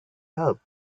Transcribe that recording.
help